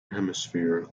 hemisphere